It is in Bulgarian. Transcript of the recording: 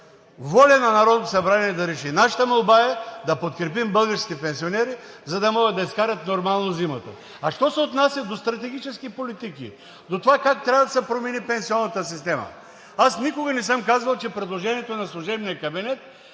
Воля е на Народното събрание да реши. Нашата молба е да подкрепим българските пенсионери, за да могат да изкарат нормално зимата. А що се отнася до стратегически политики, до това как трябва да се промени пенсионната система, аз никога не съм казвал, че предложението на служебния кабинет